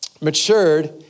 matured